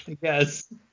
yes